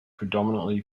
predominantly